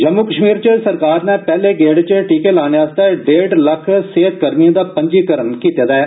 जम्मू कश्मीर च सरकार नै पहले गेड़ च टीके लाने आस्तै डेढ़ लक्ख सेहत कर्मियें दा पंजीकरन कीते दा ऐ